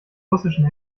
russischen